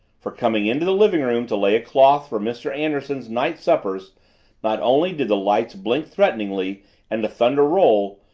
for, coming into the living-room to lay a cloth for mr. anderson's night suppers not only did the lights blink threateningly and the thunder roll,